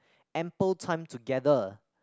ample time together